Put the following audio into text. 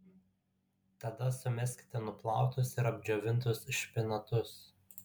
tada sumeskite nuplautus ir apdžiovintus špinatus